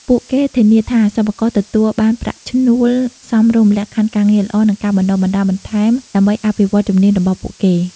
ពួកគេធានាថាសិប្បករទទួលបានប្រាក់ឈ្នួលសមរម្យ លក្ខខណ្ឌការងារល្អ និងការបណ្តុះបណ្តាលបន្ថែមដើម្បីអភិវឌ្ឍជំនាញរបស់ពួកគេ ។